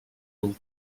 mil